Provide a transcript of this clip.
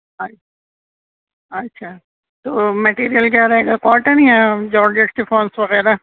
اچھا اچھا تو میٹیریل کیا رہے گا کاٹن یا جارجز فونس وغیرہ